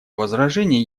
возражений